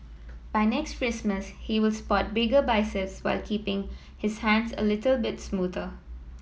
by next Christmas he will spot bigger biceps while keeping his hands a little bit smoother